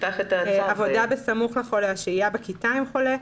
עבודה בסמוך לחולה או שהייה בכיתה עם חולה,